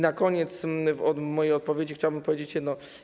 Na koniec mojej odpowiedzi chciałbym powiedzieć jedno.